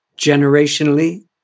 Generationally